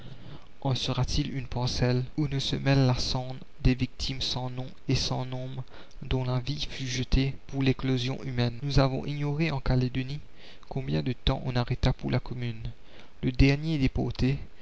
en sera-t-il une parcelle où ne se mêle la cendre des victimes sans nom et sans nombre dont la vie fut jetée pour l'éclosion humaine la commune nous avons ignoré en calédonie combien de temps on arrêta pour la commune le dernier